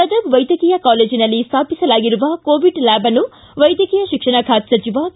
ಗದಗ್ ವೈದ್ಯಕೀಯ ಕಾಲೇಜನಲ್ಲಿ ಸ್ಥಾಪಿಸಲಾಗಿರುವ ಕೋವಿಡ್ ಲ್ಯಾಬ್ ಅನ್ನು ವೈದ್ಯಕೀಯ ಶಿಕ್ಷಣ ಖಾತೆ ಸಚಿವ ಕೆ